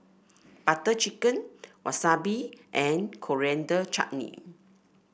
Butter Chicken Wasabi and Coriander Chutney